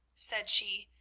said she,